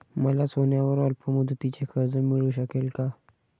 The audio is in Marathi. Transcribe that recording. मला सोन्यावर अल्पमुदतीचे कर्ज मिळू शकेल का?